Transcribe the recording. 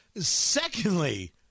Secondly